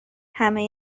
همه